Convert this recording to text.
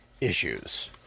issues